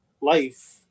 life